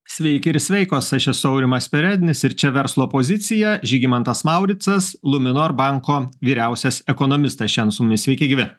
sveiki ir sveikos aš esu aurimas perednis ir čia verslo pozicija žygimantas mauricas luminor banko vyriausias ekonomistas šian su mumis sveiki gyvi